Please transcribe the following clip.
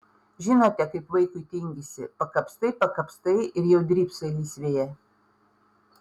žinote kaip vaikui tingisi pakapstai pakapstai ir jau drybsai lysvėje